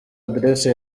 adresse